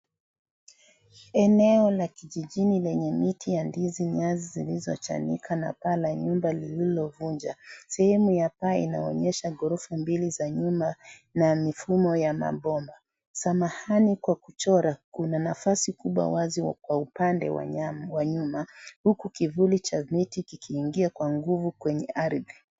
Eneo la kijijini lenye miti ya ndizi nyasi zilizochanika na paa la nyumba llilofuja. Sehemu ya paa inaonyesha ghorofa mbili za nyuma na mifumo ya maboma, samahani Kwa kuchora, kuna nafasi kubwa Kwa upande wa nyuma huku kivuli cha mti ukiingia Kwa nguvu kwenye ardhi.